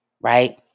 right